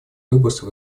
выбросы